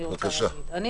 אני